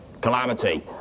Calamity